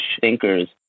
thinkers